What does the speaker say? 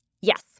Yes